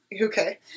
okay